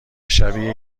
شبیه